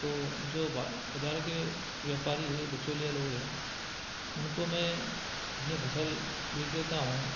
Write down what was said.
तो जो भाव बाज़ार के व्यापारी हैं बिचौलिया लोग हैं उनको मैं अपनी फसल बेच देता हूँ